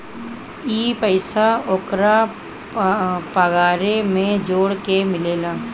ई पइसा ओन्करा पगारे मे जोड़ के मिलेला